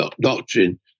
doctrine